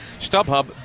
StubHub